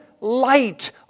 light